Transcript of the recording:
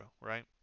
right